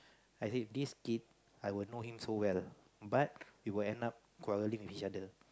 I say this kid I will know him so well but we will end up quarreling with each other